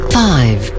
five